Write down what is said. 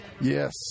Yes